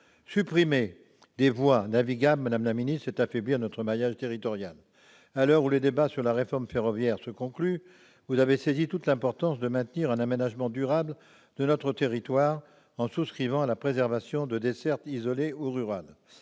Supprimer des voies navigables, madame la ministre, c'est affaiblir notre maillage territorial. À l'heure où les débats sur la réforme ferroviaire se concluent, vous avez saisi toute l'importance du maintien d'un aménagement durable de notre territoire, en souscrivant à la préservation de dessertes isolées ou rurales.